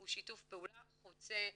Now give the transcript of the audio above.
הוא שיתוף פעולה חוצה מפלגות.